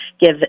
give